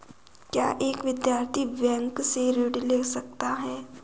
क्या एक विद्यार्थी बैंक से ऋण ले सकता है?